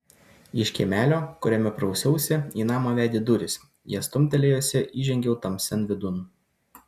iš kiemelio kuriame prausiausi į namą vedė durys jas stumtelėjusi įžengiau tamsian vidun